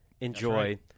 enjoy